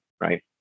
right